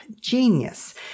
Genius